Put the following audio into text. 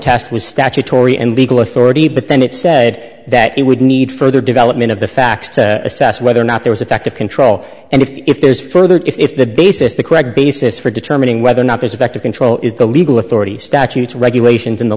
was statutory and legal authority but then it said that it would need further development of the facts to assess whether or not there was effective control and if there's further if the basis the correct basis for determining whether or not there's effective control is the legal authority statutes regulations and the